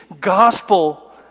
gospel